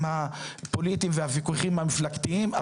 הפוליטיים והוויכוחים המפלגתיים.